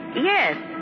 Yes